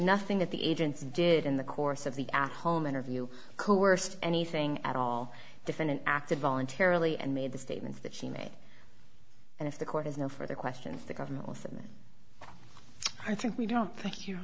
nothing that the agents did in the course of the at home interview coerced anything at all defendant acted voluntarily and made the statements that she made and if the court has no further questions the government with them i think we don't thank you